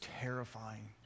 terrifying